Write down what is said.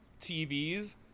TVs